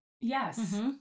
Yes